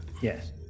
yes